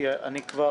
כבר